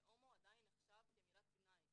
והומו עדיין נחשבת מילת גנאי,